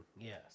Yes